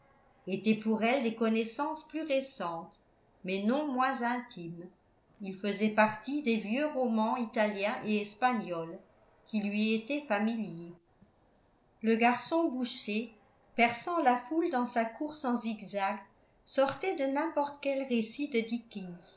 étaient pour elle des connaissances plus récentes mais non moins intimes ils faisaient partie des vieux romans italiens et espagnols qui lui étaient familiers le garçon boucher perçant la foule dans sa course en zigzags sortait de n'importe quel récit de